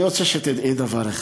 אני רוצה שתדעי דבר אחד,